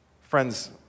Friends